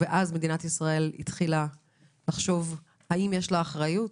אחריו מדינת ישראל התחילה לחשוב האם יש לה אחריות,